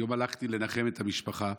היום הלכתי לנחם את המשפחה,